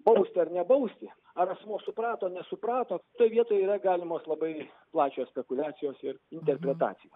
bausti ar nebausi ar asmuo suprato nesuprato toj vietoj yra galimos labai plačios spekuliacijos ir interpretacijos